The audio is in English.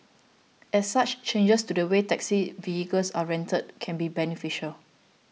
as such changes to the way taxi vehicles are rented can be beneficial